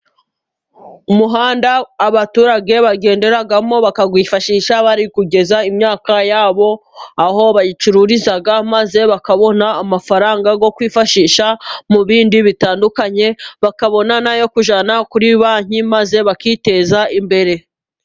Umuhanda abaturage bagenderamo, bakawifashisha bari kugeza imyaka yabo aho bayicururiza. Maze bakabona amafaranga yo kwifashisha mu bindi bitandukanye. Bakabona n'ayo kujyana kuri banki maze bakiteza imbere.